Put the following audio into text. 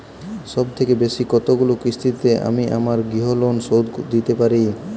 সবথেকে বেশী কতগুলো কিস্তিতে আমি আমার গৃহলোন শোধ দিতে পারব?